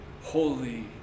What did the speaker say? holy